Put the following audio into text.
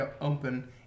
open